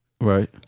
right